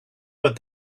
but